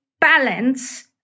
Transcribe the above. balance